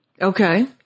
Okay